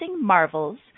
marvels